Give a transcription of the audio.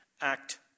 act